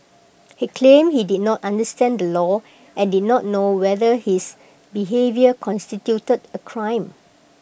he claimed he did not understand the law and did not know whether his behaviour constituted A crime